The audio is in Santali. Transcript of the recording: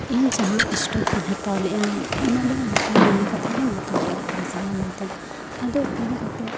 ᱤᱧ ᱡᱟᱦᱟᱸ ᱥᱴᱳᱵ ᱤᱧ ᱦᱟᱛᱟᱣ ᱞᱮᱜᱼᱟ ᱚᱱᱟ ᱫᱚ ᱱᱟᱯᱟᱭ ᱢᱚᱱᱮ ᱠᱟᱛᱮ ᱜᱮᱧ ᱦᱟᱛᱟᱣ ᱞᱮᱜᱼᱟ ᱵᱮᱥ ᱜᱮᱭᱟ ᱢᱮᱱᱛᱮ ᱟᱫᱚ ᱟᱹᱜᱩ ᱠᱟᱛᱮ